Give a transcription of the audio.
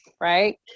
right